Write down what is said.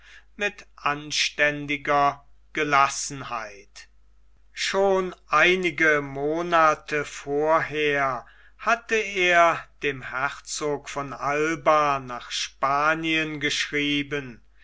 mit anständiger gelassenheit schon einige monate vorher hatte er dem herzog von alba nach spanien geschrieben